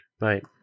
Right